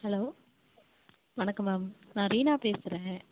hello வணக்கம் ma'am நான் ரீனா பேசுகிறேன்